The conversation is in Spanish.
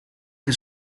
que